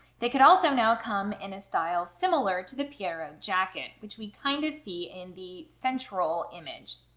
they could also now come in a style similar to the pierrot jacket which we kind of see in the central image.